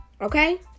Okay